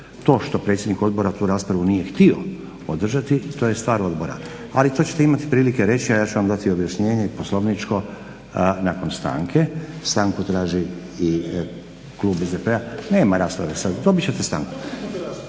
To što predsjednik odboru tu raspravu nije htio održati to je stvar odbora. Ali to ćete imati prilike reći, a ja ću vam dati objašnjenje poslovničko nakon stanke. Stanku traži i klub SDP-a. …/Upadica se ne